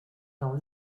dans